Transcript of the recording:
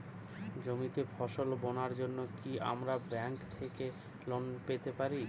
জমিতে ফসল বোনার জন্য কি আমরা ব্যঙ্ক থেকে লোন পেতে পারি?